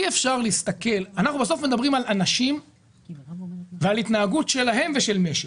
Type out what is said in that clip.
אנחנו בסוף מדברים על אנשים ועל התנהגות שלהם ושל משק.